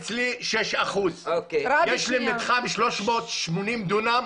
אצלי 6%. יש לי מתחם של 380 דונם